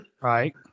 right